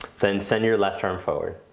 then extend your left arm forward.